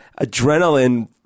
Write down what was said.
adrenaline